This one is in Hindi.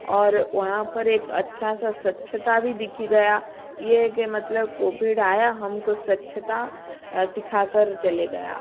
और वहाँ पर एक अच्छा सा स्वच्छता भी दिख गया यह है के मतलब कोभिड आया हमको स्वच्छता सिखा कर चले गया